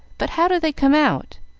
but how do they come out?